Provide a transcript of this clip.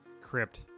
crypt